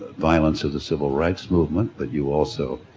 violence of the civil rights movement, but you also